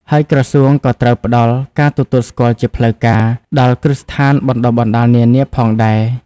ហើយក្រសួងក៏ត្រូវផ្តល់ ការទទួលស្គាល់ជាផ្លូវការ ដល់គ្រឹះស្ថានបណ្តុះបណ្តាលនានាផងដែរ។